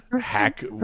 hack